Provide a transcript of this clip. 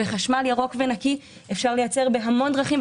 חשמל ירוק ונקי אפשר לייצר בהמון דרכים.